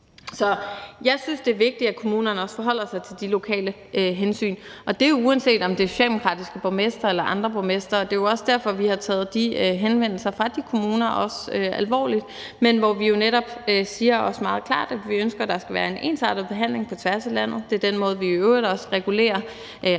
Så jeg synes, det er vigtigt, at kommunerne også forholder sig til de lokale hensyn, og det gælder, uanset om der er socialdemokratiske borgmestre eller andre borgmestre. Det er også derfor, vi har taget henvendelserne fra de kommuner alvorligt, men vi siger jo netop også meget klart, at vi ønsker, at der skal være en ensartet behandling på tværs af landet – det er den måde, vi i øvrigt også regulerer andre